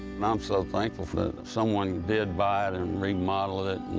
i'm um so thankful that someone did buy it and remodeled it,